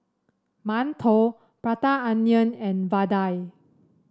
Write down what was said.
mantou Prata Onion and vadai